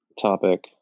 topic